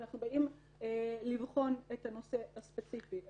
כשאנחנו באים לבחון את הנושא הספציפי,